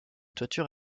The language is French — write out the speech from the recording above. toiture